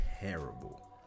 terrible